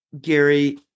Gary